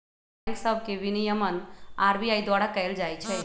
bank सभ के विनियमन आर.बी.आई द्वारा कएल जाइ छइ